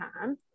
time